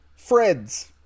freds